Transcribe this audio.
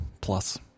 Plus